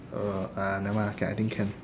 uh !aiya! never mind lah okay I think can